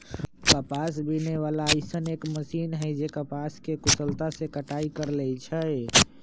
कपास बीने वाला अइसन एक मशीन है जे कपास के कुशलता से कटाई कर लेई छई